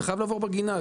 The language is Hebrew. אתה חייב לעבור בגינה.